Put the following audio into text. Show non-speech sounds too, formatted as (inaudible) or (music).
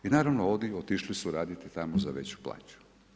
I naravno … (unintelligible) otišli su raditi tamo za veću plaću.